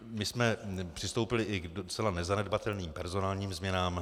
My jsme přistoupili i ke zcela nezanedbatelným personálním změnám.